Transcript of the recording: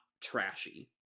trashy